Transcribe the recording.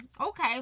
okay